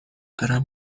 دارم